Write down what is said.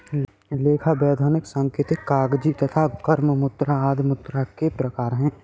लेखा, वैधानिक, सांकेतिक, कागजी तथा गर्म मुद्रा आदि मुद्रा के प्रकार हैं